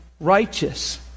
righteous